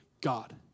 God